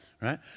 right